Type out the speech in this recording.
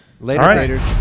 Later